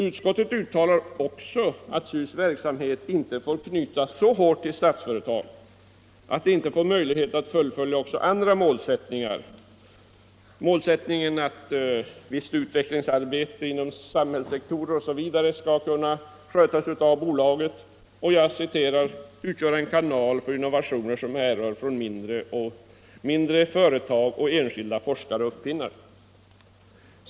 Utskottet uttalar också att SU:s verksamhet inte får knytas så hårt till Statsföretag att bolaget inte har möjlighet att fullfölja också andra målsättningar — exempelvis målsättningen att visst utvecklingsarbete inom samhällssektorer osv. skall kunna skötas av bolaget och ”utgöra en kanal för innovationer som härrör från mindre företag eller från enskilda forskare och uppfinnare”.